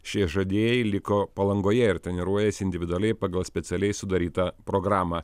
šie žaidėjai liko palangoje ir treniruojasi individualiai pagal specialiai sudarytą programą